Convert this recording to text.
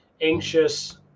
anxious